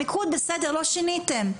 המיקוד בסדר, לא שיניתם.